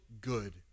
good